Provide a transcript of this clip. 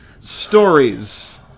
stories